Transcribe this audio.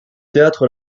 théâtre